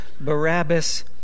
Barabbas